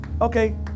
okay